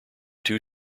two